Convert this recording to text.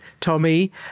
Tommy